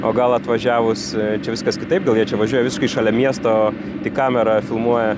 o gal atvažiavus čia viskas kitaip gal jie čia važiuoja visiškai šalia miesto tik kamera filmuoja